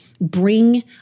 bring